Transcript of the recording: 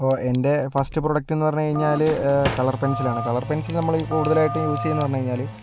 ഓ എൻ്റെ first product എന്ന് പറഞ്ഞു കഴിഞ്ഞാല് കളർ പെൻസിലാണ് കളർ പെൻസിൽ നമ്മൾ കൂടുതലായിട്ടും യൂസ് ചെയ്യുന്നത് എന്ന് പറഞ്ഞു കഴിഞ്ഞാല്